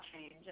change